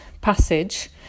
passage